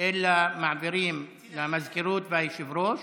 מעבירים למזכירות וליושב-ראש,